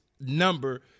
number